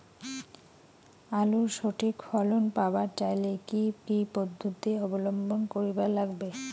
আলুর সঠিক ফলন পাবার চাইলে কি কি পদ্ধতি অবলম্বন করিবার লাগবে?